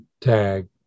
tag